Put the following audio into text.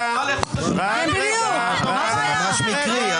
--- ממש מקרי, אה?